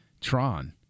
Tron